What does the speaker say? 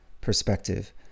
perspective